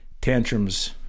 tantrums